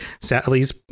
sally's